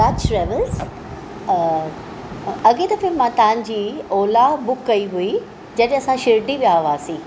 राज travels अ अॻिए दफ़े मां तव्हांजी ओला बुक कई हुई जॾहिं असां शिरडी विया हुआसीं